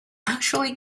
actually